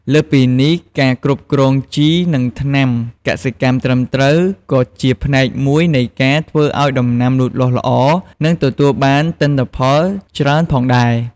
លើសពីនេះការគ្រប់គ្រងជី និងថ្នាំកសិកម្មត្រឹមត្រូវក៏ជាផ្នែកមួយនៃការធ្វើឲ្យដំណាំលូតលាស់ល្អ និងទទួលបានទិន្នផលច្រើនផងដែរ។